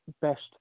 best